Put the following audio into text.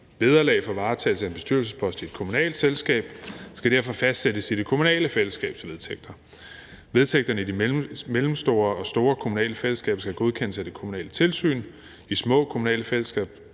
Vederlag for varetagelse af en bestyrelsespost i et kommunalt selskab skal derfor fastsættes i det kommunale fællesskabs vedtægter. Vedtægterne i de mellemstore og store kommunale fællesskaber skal godkendes af det kommunale tilsyn. I små kommunale fællesskaber